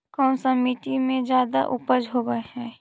कोन सा मिट्टी मे ज्यादा उपज होबहय?